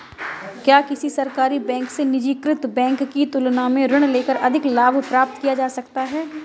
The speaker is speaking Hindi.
क्या किसी सरकारी बैंक से निजीकृत बैंक की तुलना में ऋण लेकर अधिक लाभ प्राप्त किया जा सकता है?